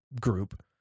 group